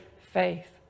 faith